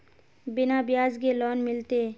बिना ब्याज के लोन मिलते?